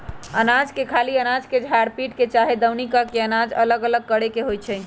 अनाज के खाली अनाज के झार पीट के चाहे दउनी क के अनाज अलग करे के होइ छइ